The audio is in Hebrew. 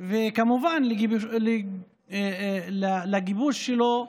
וכמובן לגיבוש שלו,